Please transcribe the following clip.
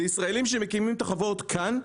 זה ישראלים שמקימים את החברות כאן,